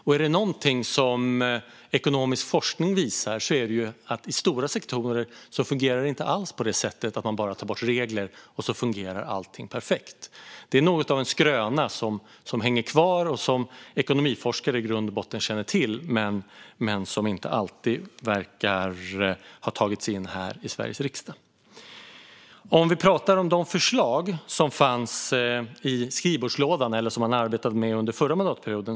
Om det är något som ekonomisk forskning visar är det att i stora sektorer fungerar det inte alls så att man bara tar bort regler - och så fungerar allt perfekt. Det är något av en skröna som hänger kvar, som ekonomiforskare i grund och botten känner till men som inte alltid verkar ha tagit sig in i Sveriges riksdag. Låt oss prata om de förslag som fanns i skrivbordslådan eller som man arbetade med under den förra mandatperioden.